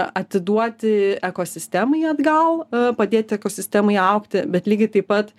atiduoti ekosistemai atgal padėti ekosistemai augti bet lygiai taip pat